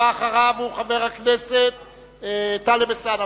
הבא אחריו הוא חבר הכנסת טלב אלסאנע.